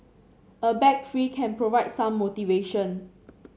a bag fee can provide some motivation